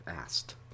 asked